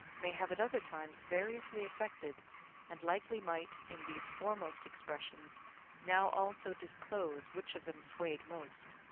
may have at other times variously affected and likely might in these foremost expressions now also disclose which of them swayed most,